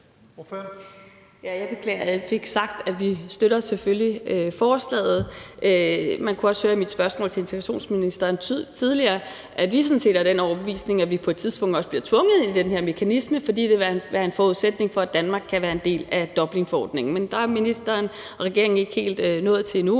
ikke fik sagt, at vi selvfølgelig støtter forslaget. Man kunne også høre i mit spørgsmål til udlændinge- og integrationsministeren tidligere, at vi sådan set er af den overbevisning, at vi på et tidspunkt bliver tvunget ind i den her mekanisme, fordi det vil være en forudsætning for, at Danmark kan være en del af Dublinforordningen. Men der er ministeren og regeringen ikke helt nået til endnu